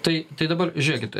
tai tai dabar žiūrėkit